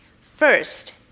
First